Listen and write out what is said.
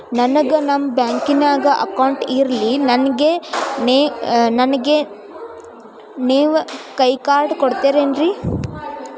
ನನ್ಗ ನಮ್ ಬ್ಯಾಂಕಿನ್ಯಾಗ ಅಕೌಂಟ್ ಇಲ್ರಿ, ನನ್ಗೆ ನೇವ್ ಕೈಯ ಕಾರ್ಡ್ ಕೊಡ್ತಿರೇನ್ರಿ?